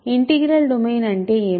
integral domain అంటే ఏమిటి